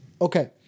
Okay